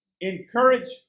Encourage